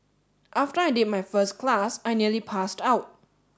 after I did my first class I nearly passed out